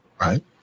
right